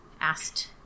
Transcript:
asked